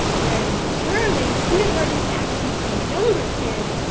whereas in german kindergarten is actually for younger kids,